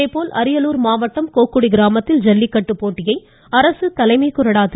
இதேபோல் அரியலூர் மாவட்டம் கோக்குடி கிராமத்தில் ஜல்லிக்கட்டு போட்டியை அரசு தலைமைக் கொறடா திரு